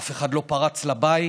אף אחד לא פרץ לבית,